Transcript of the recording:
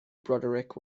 broderick